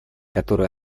которую